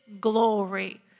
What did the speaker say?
glory